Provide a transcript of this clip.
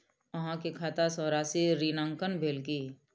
अहाँ के खाता सॅ राशि ऋणांकन भेल की?